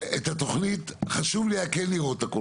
את התוכנית חשוב לי היה כן לראות הכל,